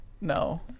No